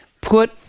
Put